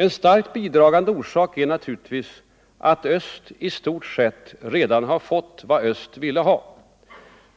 En starkt bidragande orsak är naturligtvis att öst i stort sett redan har fått vad öst ville ha.